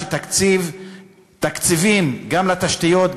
שתקציב תקציבים גם לתשתיות,